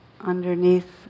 underneath